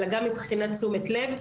אלא גם מבחינת תשומת לב.